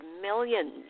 millions